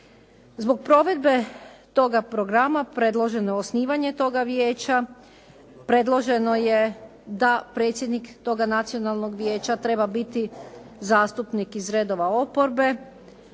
Zbog provedbe toga programa predloženo je osnivanje toga vijeća, predloženo je da predsjednik toga Nacionalnog vijeća treba biti zastupnik iz redova oporbe,